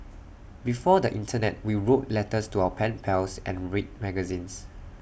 before the Internet we wrote letters to our pen pals and read magazines